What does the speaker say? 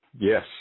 Yes